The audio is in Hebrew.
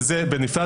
וזה בנפרד,